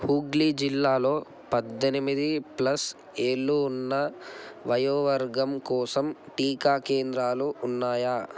హుగ్లీ జిల్లాలో పద్దెనిమిది ప్లస్ ఏళ్ళు ఉన్న వయోవర్గం కోసం టీకా కేంద్రాలు ఉన్నాయా